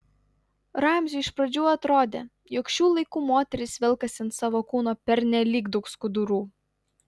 ramziui iš pradžių atrodė jog šių laikų moterys velkasi ant savo kūno pernelyg daug skudurų